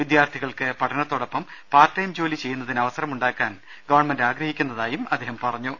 വിദ്യാർഥികൾക്ക് പഠനത്തോ ടൊപ്പം പാർട്ട് ടൈം ജോലി ചെയ്യുന്നതിന് അവസരമുണ്ടാക്കാൻ ഗവൺമെന്റ് ആഗ്രഹിക്കുന്നതായും അദ്ദേഹം പറഞ്ഞു